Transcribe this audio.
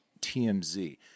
TMZ